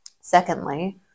Secondly